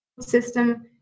System